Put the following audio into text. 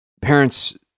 parents